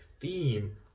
theme